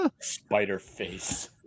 Spider-Face